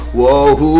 Whoa